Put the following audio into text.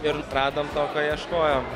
ir radom to ko ieškojom